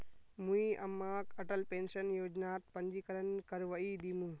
मुई अम्माक अटल पेंशन योजनात पंजीकरण करवइ दिमु